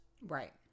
Right